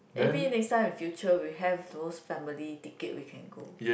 maybe next time in future we have those family ticket we can go